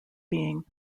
being